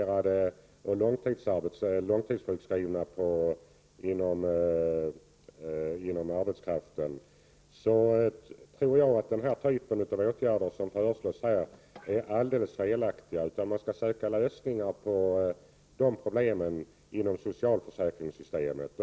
Vad gäller förtidspensionerade och långtidssjukskrivna tror jag att åtgärder av den typ som föreslås här är alldeles felaktiga och att man i stället skall söka lösningar inom socialförsäkringssystemet.